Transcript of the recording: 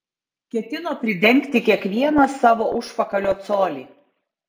ketino pridengti kiekvieną savo užpakalio colį